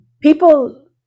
people